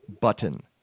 button